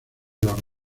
los